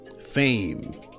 fame